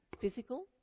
physical